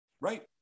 Right